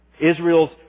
Israel's